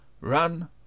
run